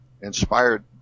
inspired